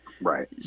Right